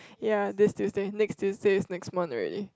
ya next Tuesday next Tuesday is next month already